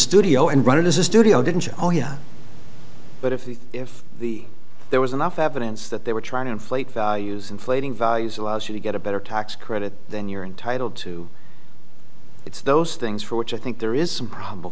studio and run it as a studio didn't you oh yeah but if the if there was enough evidence that they were trying to inflate values inflating values allows you to get a better tax credit than you're entitled to it's those things for which i think there is some probable